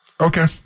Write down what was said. Okay